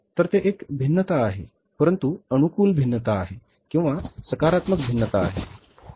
तर ते एक भिन्नता आहे परंतु अनुकूल भिन्नता आहे किंवा सकारात्मक भिन्नता आहे